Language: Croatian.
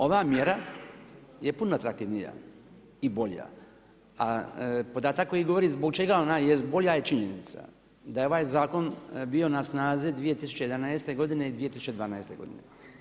Ova mjera je puno atraktivnija i bolja, a podatak koji govori zbog čega ona jest bolje je činjenica da je ovaj zakon bio na snazi 2011. godine i 2012. godine.